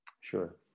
Sure